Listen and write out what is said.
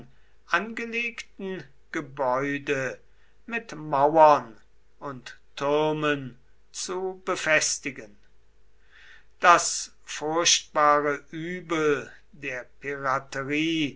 angelegten gebäude mit mauern und türmen zu befestigen das furchtbare übel der piraterie